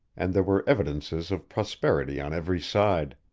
and there were evidences of prosperity on every side.